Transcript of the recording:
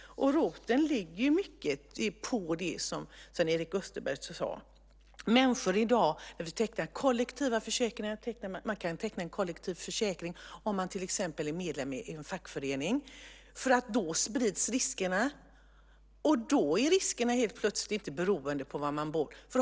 Roten ligger mycket i det som Sven-Erik Österberg tog upp. Man kan teckna kollektiv försäkring om man till exempel är medlem i en fackförening. Då sprids riskerna, och då är riskerna helt plötsligt inte beroende av var man bor.